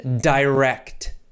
direct